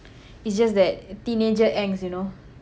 it's just that teenager angst you know